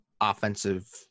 offensive